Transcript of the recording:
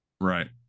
Right